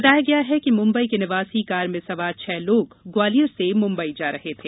बताया गया है कि मुंबई के निवासी कार में सवार छह लोग ग्वालियर से मुंबई जा रहे थे